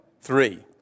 three